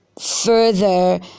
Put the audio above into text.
further